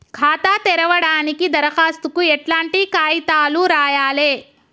ఖాతా తెరవడానికి దరఖాస్తుకు ఎట్లాంటి కాయితాలు రాయాలే?